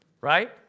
right